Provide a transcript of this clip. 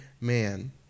man